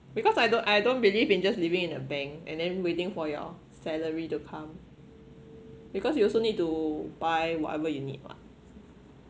because I don't I don't believe in just leaving in a bank and then waiting for your salary to come because you also need to buy whatever you need [what]